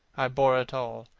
i bore it all.